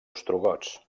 ostrogots